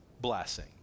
blessing